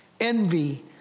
Envy